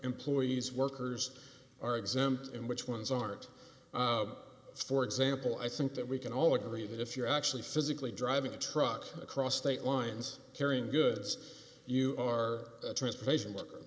employees workers are exempt and which ones aren't for example i think that we can all agree that if you're actually physically driving a truck across state lines carrying goods you are a transportation looker